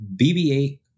BB-8